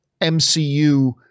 mcu